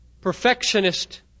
perfectionist